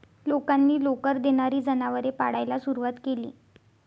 लोकांनी लोकर देणारी जनावरे पाळायला सुरवात केली